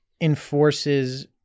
enforces